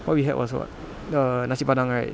what we had was what err nasi padang right